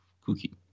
cookie